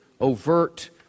overt